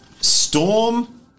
Storm